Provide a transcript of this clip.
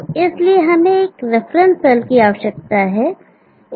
तो इसलिए हमें एक रेफरेंस सेल की आवश्यकता है